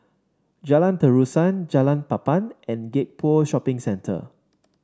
Jalan Terusan Jalan Papan and Gek Poh Shopping Centre